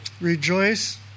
Rejoice